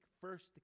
first